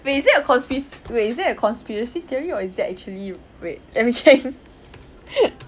wait is that a conspi~ wait is that a conspiracy theory or is that actually wait let me check